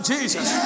Jesus